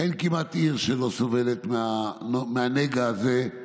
אין כמעט עיר שלא סובלת מהנגע הזה.